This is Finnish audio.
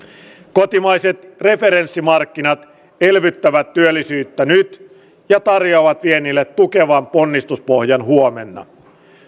kotimaiset referenssimarkkinat elvyttävät työllisyyttä nyt ja tarjoavat viennille tukevan ponnistuspohjan huomenna